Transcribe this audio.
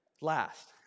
last